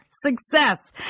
success